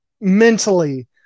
mentally